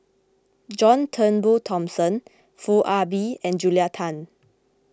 John Turnbull Thomson Foo Ah Bee and Julia Tan